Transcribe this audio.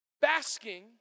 basking